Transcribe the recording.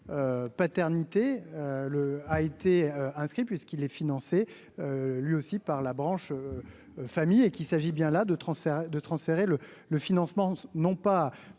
paternité le a été inscrit, puisqu'il est financé lui aussi par la branche famille et qu'il s'agit bien là de transfert de transférer le le financement non pas